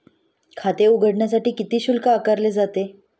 खाते उघडण्यासाठी किती शुल्क आकारले जाते?